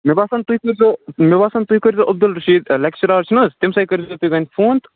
مےٚ باسَان تُہۍ کٔرۍ زیٚو مےٚ باسَان تُہۍ کٔرۍ زیٚو عبدالشیٖد لیکچرار چھُن حظ تَمہِ سۭتۍ کٔرۍ زیٚو تُہۍ وَن فون